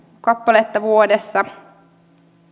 kappaletta vuodessa